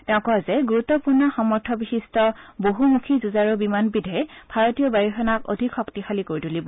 তেওঁ কয় যে গুৰুত্পূৰ্ণ সামৰ্থ্য বিশিষ্ট বহুমুখী যুজাৰু বিমানবিধে ভাৰতীয় বায়ু সেনাক অধিক শক্তিশালী কৰি তুলিব